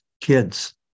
kids